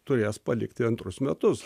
turės palikti antrus metus